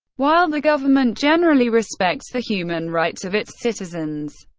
while the government generally respects the human rights of its citizens,